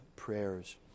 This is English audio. prayers